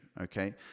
okay